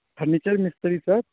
furniture مستری سے